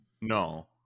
No